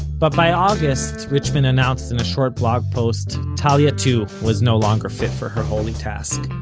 but by august, richman announced in a short blog post, talia too was no longer fit for her holy task.